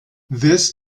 this